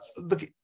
look